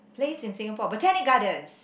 place in Singapore Botanic-Gardens